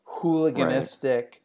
hooliganistic